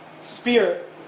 spirit